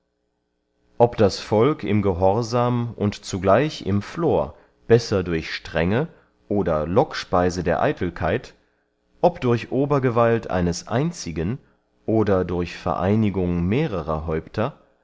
ob das volk im gehorsam und zugleich im flor besser durch strenge oder lockspeise der eitelkeit ob durch obergewalt eines einzigen oder durch vereinigung mehrerer häupter